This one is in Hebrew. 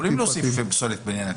יכולים להוסיף לסעיף ההוא פסולת בניין.